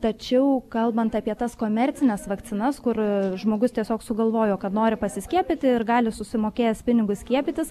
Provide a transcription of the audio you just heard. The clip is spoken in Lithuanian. tačiau kalbant apie tas komercines vakcinas kur žmogus tiesiog sugalvojo kad nori pasiskiepyti ir gali susimokėjęs pinigus skiepytis